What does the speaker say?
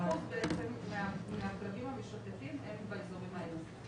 60% מהכלבים המשוטטים הם באזורים האלה.